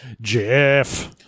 Jeff